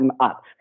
up